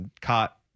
caught